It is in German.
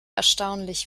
erstaunlich